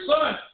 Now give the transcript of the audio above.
son